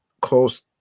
close